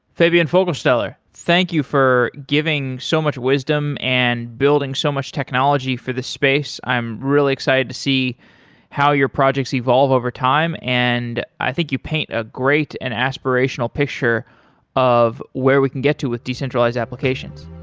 fabian fogelsteller, thank you for giving so much wisdom and building so much technology for this space. i'm really excited to see how your projects evolve overtime, and i think you paint a great and aspirational picture of where we can get to with decentralized applications.